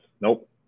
Nope